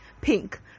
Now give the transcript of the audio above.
pink